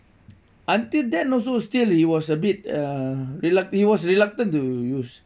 until then also still he was a bit uh reluc~ he was reluctant to use